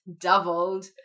doubled